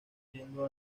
yendo